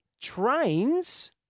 trains